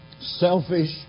selfish